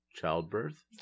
Childbirth